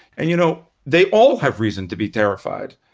and, you know, they all have reason to be terrified.